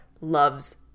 loves